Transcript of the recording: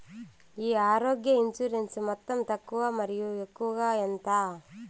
ఈ ఆరోగ్య ఇన్సూరెన్సు మొత్తం తక్కువ మరియు ఎక్కువగా ఎంత?